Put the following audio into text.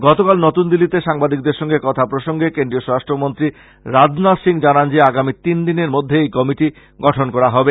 গতকাল নতুন দিল্লীতে সাংবাদিকদের সঙ্গে কথা প্রসঙ্গে কেন্দ্রীয় স্বরাষ্ট্রমন্ত্রী রাজনাথ সিং বলেন যে আগামী তিন দিনের মধ্যে এই কমিটি গঠন করা হবে